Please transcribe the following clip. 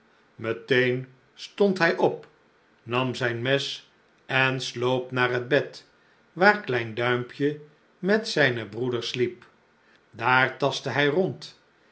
meteen stond hij op nam zijn mes en sloop naar het bed waar klein duimpje met zijne broeders sliep daar tastte hij rond